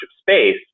space